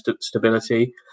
stability